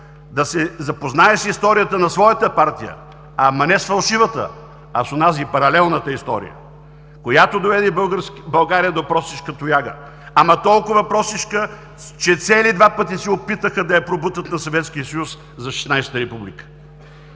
да се запознае с историята на своята партия, ама не с фалшивата, а с онази паралелната история, която доведе България до просешка тояга. Ама толкова просешка, че цели два пъти се опитаха да я пробутат на Съветския съюз за 16-а република.